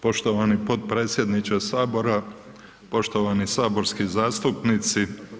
Poštovani potpredsjedniče Sabora, poštovani saborski zastupnici.